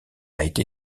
été